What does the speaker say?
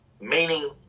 meaning